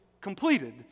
completed